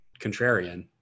contrarian